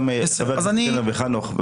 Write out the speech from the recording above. גם חבר הכנסת קלנר וחנוך,